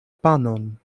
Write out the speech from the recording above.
panon